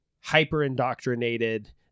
hyper-indoctrinated